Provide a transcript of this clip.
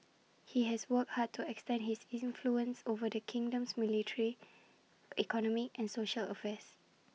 he has worked hard to extend his influence over the kingdom's military economic and social affairs